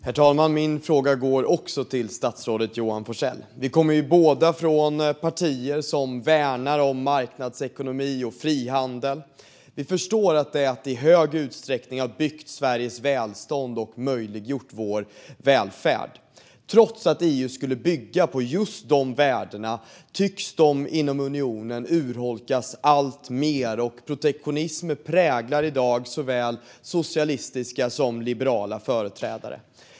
Herr talman! Min fråga går också till statsrådet Johan Forssell. Vi kommer båda från partier som värnar om marknadsekonomi och frihandel, och vi förstår att de i stor utsträckning har byggt Sveriges välstånd och möjliggjort vår välfärd. Trots att EU skulle bygga på dessa värden tycks de inom unionen urholkas alltmer, och protektionism präglar i dag såväl socialistiska som liberala företrädare.